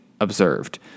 observed